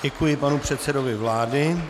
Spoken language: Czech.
Děkuji panu předsedovi vlády.